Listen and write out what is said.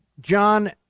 John